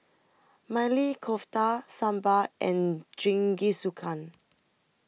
Maili Kofta Sambar and Jingisukan